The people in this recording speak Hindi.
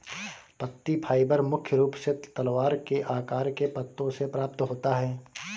पत्ती फाइबर मुख्य रूप से तलवार के आकार के पत्तों से प्राप्त होता है